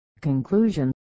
Conclusion